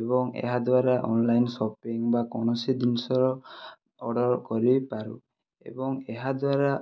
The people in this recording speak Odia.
ଏବଂ ଏହା ଦ୍ୱରା ଅନ୍ଲାଇନ୍ ସପିଂ ବା କୌଣସି ଜିନିଷର ଅର୍ଡ଼ର କରିପାରୁ ଏବଂ ଏହାଦ୍ୱାରା